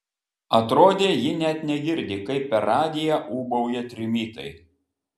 atrodė ji net negirdi kaip per radiją ūbauja trimitai